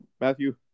Matthew